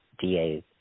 DA's